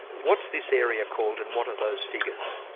what's this area called and what are those figures?